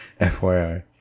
FYI